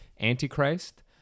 Antichrist